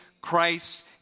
Christ